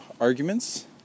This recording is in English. arguments